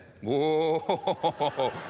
Whoa